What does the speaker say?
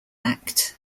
act